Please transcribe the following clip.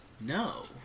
No